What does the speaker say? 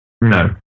No